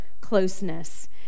closeness